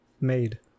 made